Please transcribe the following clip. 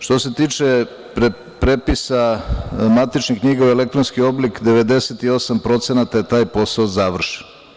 Što se tiče prepisa matičnih knjiga u elektronski oblik, 98% je taj posao završen.